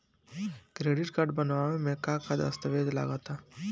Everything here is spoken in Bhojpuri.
क्रेडीट कार्ड बनवावे म का का दस्तावेज लगा ता?